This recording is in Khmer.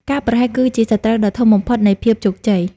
ការប្រហែសគឺជាសត្រូវដ៏ធំបំផុតនៃភាពជោគជ័យ។